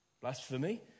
blasphemy